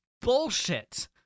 bullshit